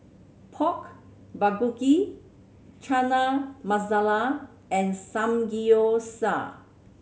Pork Bulgogi Chana Masala and Samgeyopsal